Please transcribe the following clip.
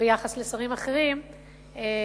ביחס לשרים אחרים בעבודה.